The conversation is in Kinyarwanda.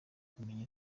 kumenya